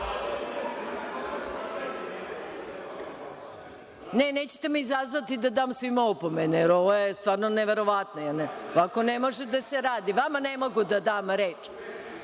nećete me izazvati da dam svima opomene, jer ovo je stvarno neverovatno, ovako ne može da se radi. Vama ne mogu da dam